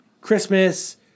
Christmas